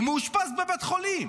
הוא מאושפז בבית חולים.